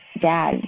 dad